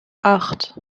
acht